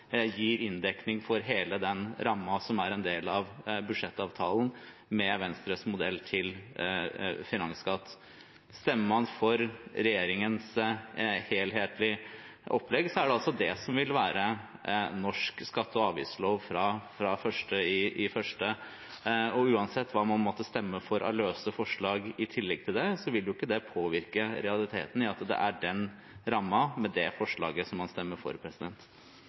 gir inndekning for hele den rammen som er en del av budsjettavtalen, med Venstres modell for finansskatt. Stemmer man for regjeringens helhetlige opplegg, er det det som vil være norsk skatte- og avgiftslov fra 1. januar. Uansett hva man måtte stemme for av løse forslag i tillegg til det, vil jo ikke det påvirke realiteten med at det er den rammen med det forslaget man stemmer for.